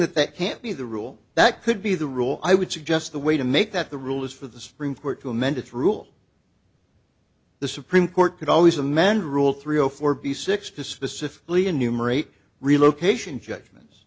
that that can't be the rule that could be the rule i would suggest the way to make that the rule is for the supreme court to amend its rule the supreme court could always a man rule three zero four b six to specifically enumerate relocation judgments